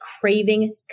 craving